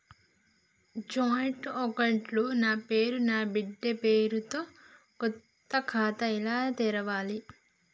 Joint account లో నా పేరు నా బిడ్డే పేరు తో కొత్త ఖాతా ఎలా తెరవాలి?